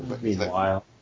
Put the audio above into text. Meanwhile